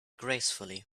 gracefully